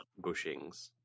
bushings